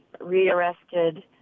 rearrested